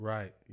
Right